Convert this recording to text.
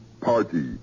party